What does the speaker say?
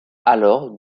alors